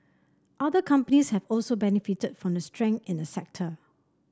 other companies have also benefited from the strength in the sector